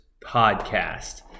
podcast